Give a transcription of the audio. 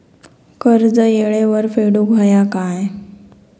कर्ज येळेवर फेडूक होया काय?